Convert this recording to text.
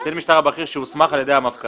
קצין משטרה בכיר שהוסמך על ידי המפכ"ל.